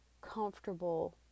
comfortable